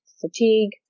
fatigue